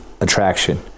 attraction